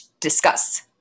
discuss